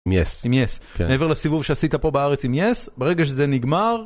עם יס, מעבר לסיבוב שעשית פה בארץ עם יס, ברגע שזה נגמר.